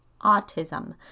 autism